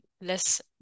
less